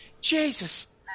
Jesus